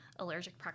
Allergic